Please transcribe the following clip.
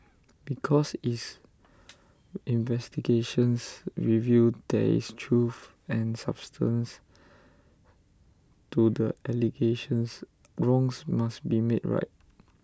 because is investigations reveal there is truth and substance to the allegations wrongs must be made right